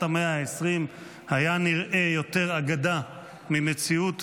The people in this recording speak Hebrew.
המאה ה-20 נראה יותר אגדה ממציאות,